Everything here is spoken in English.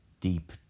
Deep